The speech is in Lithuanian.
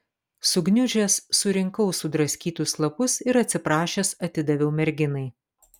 sugniužęs surinkau sudraskytus lapus ir atsiprašęs atidaviau merginai